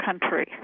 country